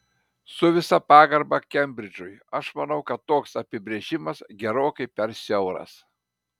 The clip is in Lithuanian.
su visa pagarba kembridžui aš manau kad toks apibrėžimas gerokai per siauras